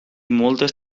moltes